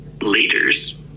leaders